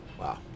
Wow